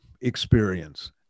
experience